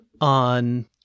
on